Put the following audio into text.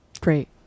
great